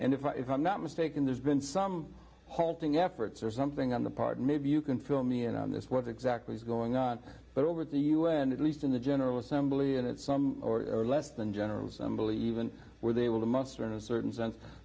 and if i'm not mistaken there's been some halting efforts or something on the part maybe you can fill me in on this what exactly is going on but over at the un at least in the general assembly and it's some or less than general assembly even were they able to muster in a certain sense